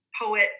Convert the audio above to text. poet